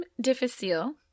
difficile